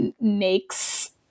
makes